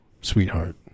sweetheart